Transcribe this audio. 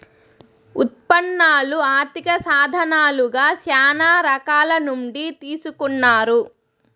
ఉత్పన్నాలు ఆర్థిక సాధనాలుగా శ్యానా రకాల నుండి తీసుకున్నారు